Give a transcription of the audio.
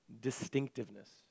distinctiveness